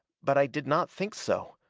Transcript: but i did not think so.